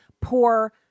poor